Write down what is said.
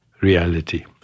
reality